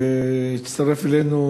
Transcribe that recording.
הצטרף אלינו